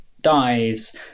dies